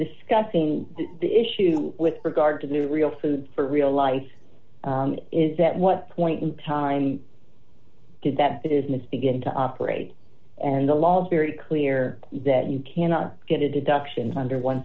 discussing the issue with regard to the real food for real life is that what point in time did that is miss begin to operate and the law is very clear that you cannot get a deduction under one